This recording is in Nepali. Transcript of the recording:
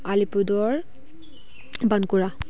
अलिपुरद्वार बाँकुडा